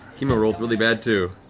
kima rolled really bad, too.